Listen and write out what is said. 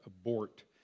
abort